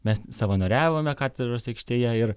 mes savanoriavome katedros aikštėje ir